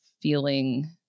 feeling